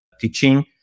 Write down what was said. teaching